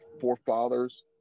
forefathers